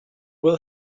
will